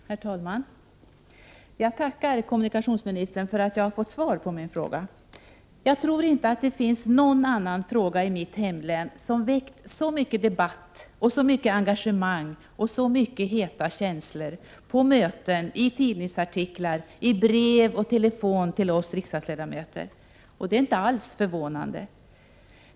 Herr talman! Jag tackar kommunikationsministern för att jag fått svar på min fråga. Jag tror inte att det finns någon annan fråga i mitt hemlän som väckt så mycken debatt, så mycket engagemang och så många heta känslor — på möten, i tidningsartiklar, i brev och telefon till oss riksdagsledamöter — som den om vägstandarden. Detta är inte alls förvånande.